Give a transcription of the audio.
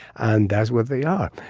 and that's what they are.